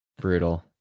Brutal